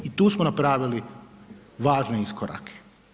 I tu smo napravili važne iskorake.